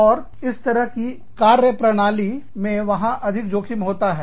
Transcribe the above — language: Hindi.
और इस तरह की कार्यप्रणाली में वहां अधिक जोखिम होता है